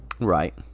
Right